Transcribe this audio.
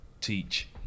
teach